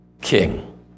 king